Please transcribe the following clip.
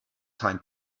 time